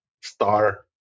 star